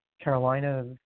Carolina